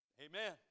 Amen